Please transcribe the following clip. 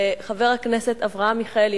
לחבר הכנסת אברהם מיכאלי,